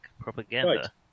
propaganda